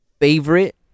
Favorite